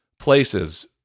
places